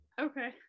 okay